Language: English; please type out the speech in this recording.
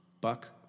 Buck